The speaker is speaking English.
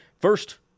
First